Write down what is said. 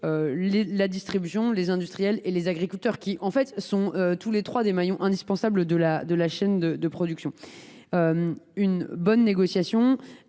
la distribution, les industriels et les agriculteurs, qui constituent tous trois des maillons indispensables de la chaîne de production. Une bonne négociation